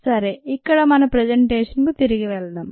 సరే ఇక్కడ మన ప్రజంటేషన్ కు తిరిగి వెళదాం